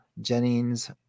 Jennings